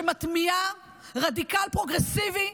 שמטמיעה רדיקל פרוגרסיבי.